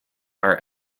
are